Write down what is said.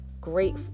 great